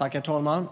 Herr talman!